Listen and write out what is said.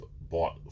bought